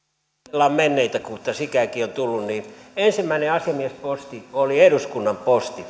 muistellaan menneitä kun tässä ikääkin on tullut niin ensimmäinen asiamiesposti oli eduskunnan posti